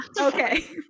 okay